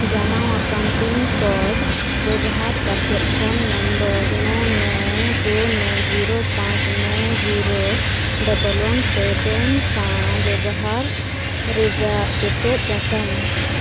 ᱡᱚᱢᱟ ᱟᱠᱟᱱ ᱯᱤᱱᱠᱳᱰ ᱵᱮᱣᱦᱟᱨ ᱠᱟᱛᱮᱫ ᱯᱷᱳᱱ ᱱᱚᱢᱵᱚᱨ ᱱᱚ ᱱᱚ ᱫᱳ ᱱᱚ ᱡᱤᱨᱳ ᱯᱟᱪ ᱱᱚ ᱡᱤᱨᱳ ᱰᱚᱵᱚᱞ ᱚᱣᱟᱱ ᱥᱮᱵᱷᱮᱱ ᱥᱟᱶ ᱵᱟᱣᱦᱟᱨ ᱨᱮᱭᱟᱜ ᱛᱮᱛᱮᱫ ᱡᱟᱪᱟᱣ ᱢᱮ